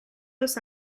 los